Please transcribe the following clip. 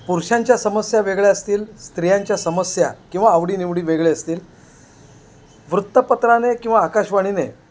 पुरुषांच्या समस्या वेगळ्या असतील स्त्रियांच्या समस्या किंवा आवडीनिवडी वेगळे असतील वृत्तपत्राने किंवा आकाशवाणीने